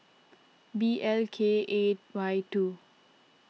B L K A Y two